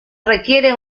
requiere